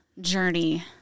journey